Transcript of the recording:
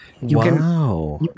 Wow